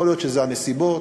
יכול להיות שאלה הנסיבות,